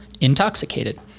intoxicated